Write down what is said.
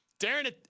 Darren